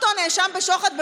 נאשם בשוחד,